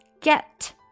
get